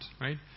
right